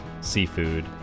seafood